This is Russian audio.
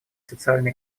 социально